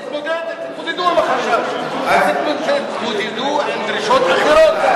אמרתי: תתמודדו עם החשש, תתמודדו עם דרישות אחרות.